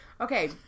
Okay